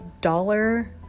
dollar